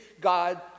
God